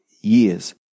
years